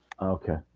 Okay